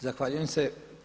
Zahvaljujem se.